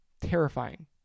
terrifying